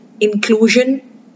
inclusion